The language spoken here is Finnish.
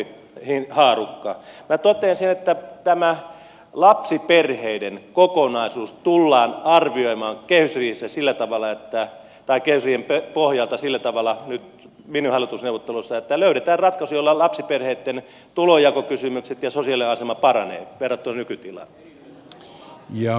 minä totean sen että tämä lapsiperheiden kokonaisuus tullaan arvioimaan kehysriihen pohjalta sillä tavalla nyt minihallitusneuvotteluissa että löydetään ratkaisu jolla lapsiperheitten tulonjakokysymykset ja sosiaalinen asema paranevat verrattuna nykytilaan